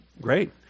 great